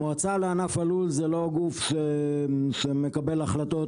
המועצה לענף הלול זה לא גוף שמקבל החלטות,